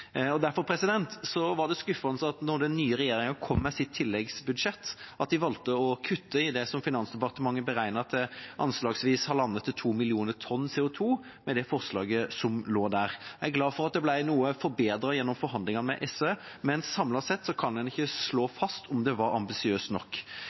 Derfor var det skuffende at den nye regjeringa da den kom med sitt tilleggsbudsjett, valgte å kutte i det som Finansdepartementet beregnet til anslagsvis 1,5–2 millioner tonn CO 2 , med det forslaget som lå der. Jeg er glad for at det ble noe forbedret gjennom forhandlingene med SV, men samlet sett kan en ikke